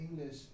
English